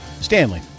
Stanley